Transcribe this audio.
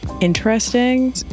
Interesting